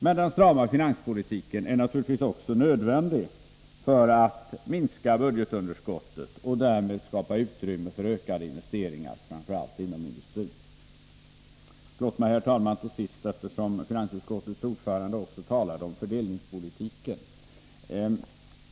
Men en stram finanspolitik är naturligtvis också nödvändig för att man skall kunna minska budgetunderskottet och därmed skapa utrymme för ökade investeringar, framför allt inom industrin. Till sist, herr talman, vill jag säga ytterligare några ord med anledning av att finansutskottets ordförande också talade om fördelningspolitiken.